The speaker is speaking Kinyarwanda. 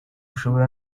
ushobora